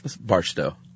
Barstow